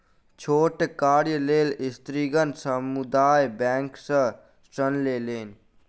छोट कार्यक लेल स्त्रीगण समुदाय बैंक सॅ ऋण लेलैन